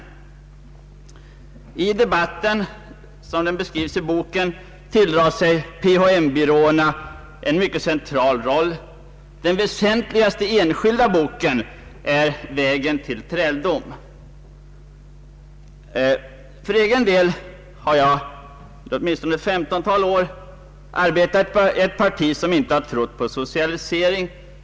I debatten, som den beskrivs i boken, tilldrar sig PHM byråerna en mycket central roll. Den mest väsentliga enskilda boken är Vägen till träldom. För egen del har jag under åtminstone ett 15-tal år arbetat i ett parti som inte trott på socialisering.